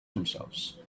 themselves